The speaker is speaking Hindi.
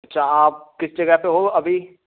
अच्छा आप किस जगह पे हो अभी